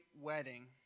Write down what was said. Wedding